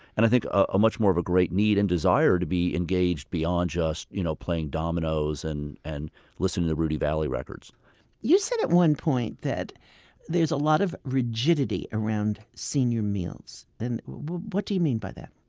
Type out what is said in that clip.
and ah much more of a great need and desire to be engaged beyond just you know playing dominoes and and listening to rudy vallee records you said, at one point, that there's a lot of rigidity around senior meals. and what do you mean by that?